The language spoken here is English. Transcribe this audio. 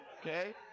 Okay